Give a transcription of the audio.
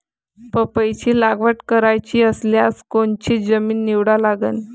पपईची लागवड करायची रायल्यास कोनची जमीन निवडा लागन?